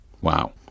Wow